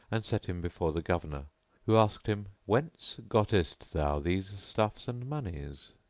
and set him before the governor who asked him, whence gottest thou these stuffs and monies?